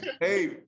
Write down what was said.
Hey